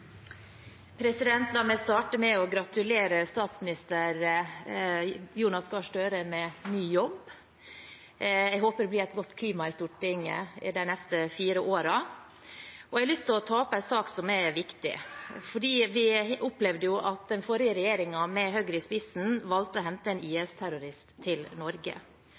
La meg starte med å gratulere statsminister Jonas Gahr Støre med ny jobb. Jeg håper det blir et godt klima i Stortinget de neste fire årene. Jeg har lyst til å ta opp en viktig sak. Vi opplevde jo at den forrige regjeringen, med Høyre i spissen, valgte å hente en IS-terrorist til Norge